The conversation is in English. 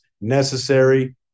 necessary